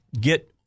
get